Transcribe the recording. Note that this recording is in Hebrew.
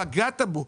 פגעת בו.